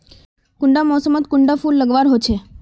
कुंडा मोसमोत कुंडा फुल लगवार होछै?